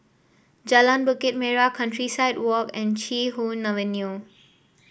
Jalan Bukit Merah Countryside Walk and Chee Hoon Avenue